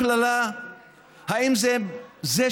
האם זו קללה?